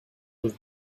with